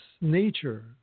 nature